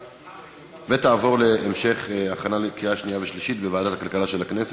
התשע"ו 2015, לוועדת הכלכלה נתקבלה.